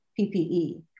PPE